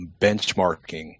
benchmarking